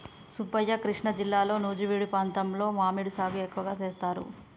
సుబ్బయ్య కృష్ణా జిల్లాలో నుజివీడు ప్రాంతంలో మామిడి సాగు ఎక్కువగా సేస్తారు